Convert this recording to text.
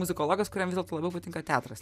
muzikologas kuriam vis dėlto labiau patinka teatras